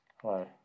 Hello